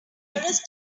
nearest